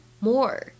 more